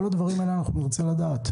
את כל הדברים האלה אנחנו נרצה לדעת,